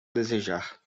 desejar